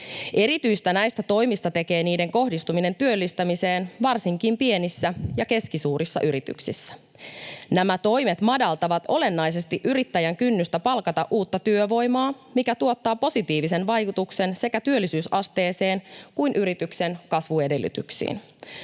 Erityistä näistä toimista tekee niiden kohdistuminen työllistämiseen varsinkin pienissä ja keskisuurissa yrityksissä. Nämä toimet madaltavat olennaisesti yrittäjän kynnystä palkata uutta työvoimaa, mikä tuottaa positiivisen vaikutuksen sekä työllisyysasteeseen että yrityksen kasvuedellytyksiin.